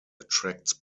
attracts